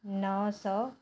नव सौ